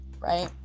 right